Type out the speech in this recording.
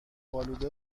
آلوده